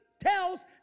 tells